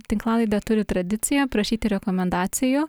tinklalaidė turi tradiciją prašyti rekomendacijų